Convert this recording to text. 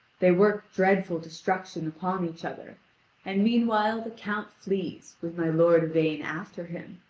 they work dreadful destruction upon each other and meanwhile the count flees with my lord yvain after him,